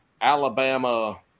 Alabama